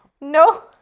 no